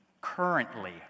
Currently